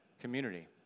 community